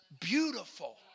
beautiful